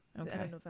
Okay